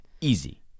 Easy